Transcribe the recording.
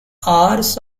hours